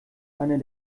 einer